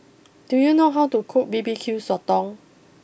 do you know how to cook B B Q Sotong